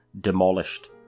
demolished